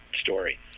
story